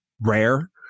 rare